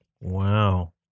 Wow